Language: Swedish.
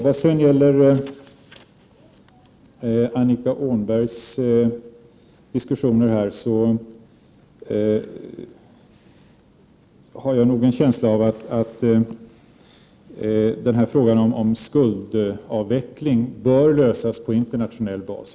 Vad gäller Annika Åhnbergs diskussioner har jag nog en känsla av att frågan om skuldavveckling bör lösas på internationell basis.